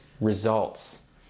results